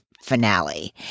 finale